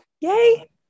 yay